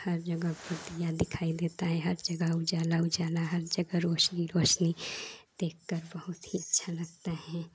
हर जगह दीया दिखाई देता है हर जगह उजाला उजाला हर जगह रोशनी रोशनी देखकर बहुत ही अच्छा लगता है